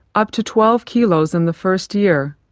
up to twelve kilograms in the first year.